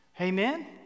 Amen